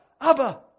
Abba